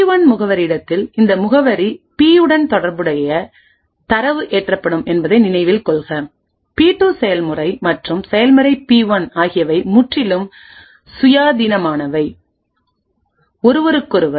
B 1 முகவரி இடத்தில் இந்த முகவரி பி உடன் தொடர்புடைய தரவு ஏற்றப்படும் என்பதை நினைவில் கொள்க பி 2 செயல்முறை மற்றும் செயல்முறை பி 1 ஆகியவை முற்றிலும் சுயாதீனமானவை ஒருவருக்கொருவர்